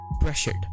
pressured